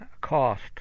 cost